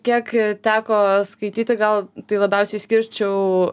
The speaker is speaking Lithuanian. kiek teko skaityti gal tai labiausiai išskirčiau